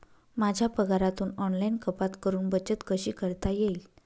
माझ्या पगारातून ऑनलाइन कपात करुन बचत कशी करता येईल?